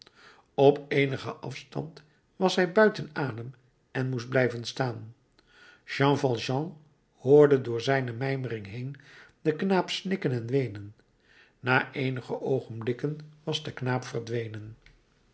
op eenigen afstand was hij buiten adem en moest blijven staan jean valjean hoorde door zijne mijmering heen den knaap snikken en weenen na eenige oogenblikken was de knaap verdwenen